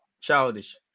Childish